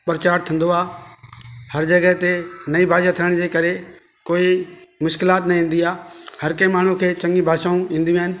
प्रचार थींदो आहे हर जॻह ते नई भाषा थियण जे करे कोई मुश्किलातु न ईंदी आहे हर कंहिं माण्हू खे चङी भाषाऊं ईंदियूं आहिनि